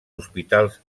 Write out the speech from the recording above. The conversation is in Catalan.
hospitals